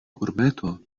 urbeto